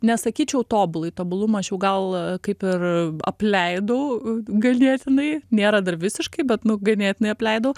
nesakyčiau tobulai tobulumą aš jau gal kaip ir apleidau ganėtinai nėra dar visiškai bet nu ganėtinai apleidau